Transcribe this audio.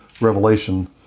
Revelation